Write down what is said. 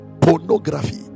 pornography